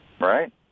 Right